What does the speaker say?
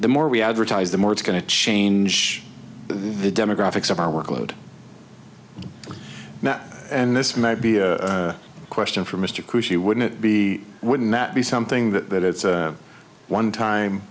the more we advertise the more it's going to change the demographics of our workload and this might be a question for mr coo she wouldn't be wouldn't that be something that it's a one time